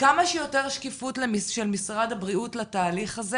כמה שיותר שקיפות של משרד הבריאות לתהליך הזה